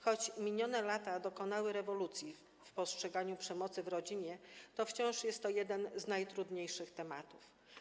Choć w minionych latach dokonała się rewolucja w postrzeganiu przemocy w rodzinie, to wciąż jest to jeden z najtrudniejszych tematów.